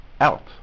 out